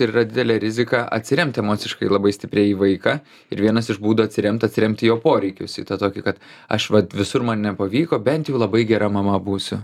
ir yra didelė rizika atsiremti emociškai labai stipriai į vaiką ir vienas iš būdų atsiremt atsiremt į jo poreikius į tą tokį kad aš vat visur man nepavyko bent jau labai gera mama būsiu